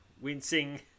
wincing